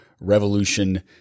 Revolution